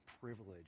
privilege